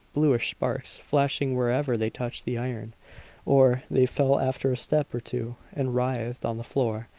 bluish sparks flashing wherever they touched the iron or they fell after a step or two and writhed on the floor,